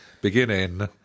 Beginning